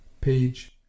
page